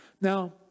Now